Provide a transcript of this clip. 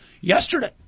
yesterday